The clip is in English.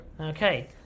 Okay